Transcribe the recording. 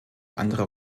andere